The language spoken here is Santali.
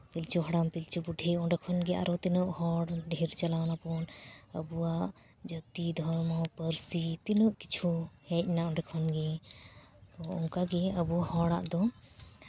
ᱯᱤᱞᱩ ᱦᱟᱲᱟᱢ ᱯᱤᱞᱪᱩ ᱵᱩᱰᱷᱤ ᱚᱸᱰᱮ ᱠᱷᱚᱱᱜᱮ ᱟᱨᱚ ᱛᱤᱱᱟᱹᱜ ᱦᱚᱲ ᱰᱷᱮᱨ ᱪᱟᱞᱟᱣ ᱱᱟᱵᱚᱱ ᱟᱵᱚᱣᱟᱜ ᱡᱟᱹᱛᱤ ᱫᱷᱚᱨᱢᱚ ᱯᱟᱹᱨᱥᱤ ᱛᱤᱱᱟᱹᱜ ᱠᱤᱪᱷᱩ ᱦᱮᱡᱱᱟ ᱚᱸᱰᱮ ᱠᱷᱚᱱᱜᱮ ᱚᱱᱠᱟᱜᱮ ᱟᱵᱚ ᱦᱚᱲᱟᱜ ᱫᱚ